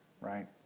right